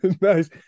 Nice